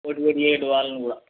motivate చేయండి వాళ్ళని కూడా